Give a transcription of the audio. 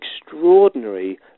extraordinary